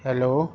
hello